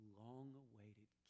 long-awaited